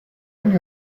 anni